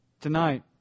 Tonight